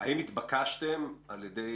האם התבקשתם על ידי